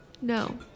No